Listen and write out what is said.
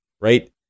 right